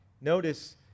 Notice